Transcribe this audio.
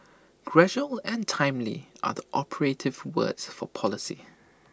gradual and timely are the operative words for policy